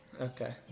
Okay